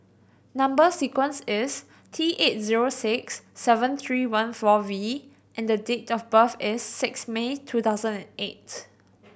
number sequence is T eight zero six seven three one four V and the date of birth is six May two thousand and eight